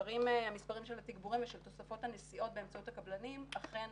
המספרים של התיגבורים ושל תוספות הנסיעות באמצעות הקבלנים אכן